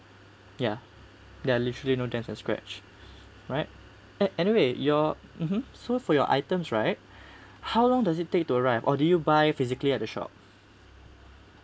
ya they are literally no darn and scratch right an~ anyway your so for your items right how long does it take to arrive or do you buy physically at the shop